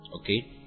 okay